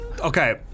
Okay